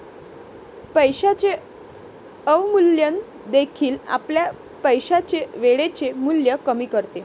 पैशाचे अवमूल्यन देखील आपल्या पैशाचे वेळेचे मूल्य कमी करते